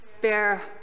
bear